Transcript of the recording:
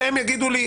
ושהם יגידו לי.